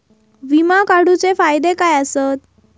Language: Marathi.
विमा काढूचे फायदे काय आसत?